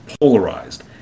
polarized